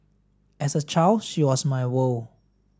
as a child she was my world